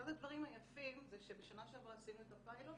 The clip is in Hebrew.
אחד הדברים היפים זה שבשנה שעברה עשינו את הפיילוט